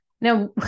Now